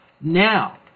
Now